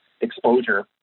exposure